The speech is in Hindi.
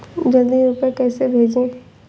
जल्दी रूपए कैसे भेजें?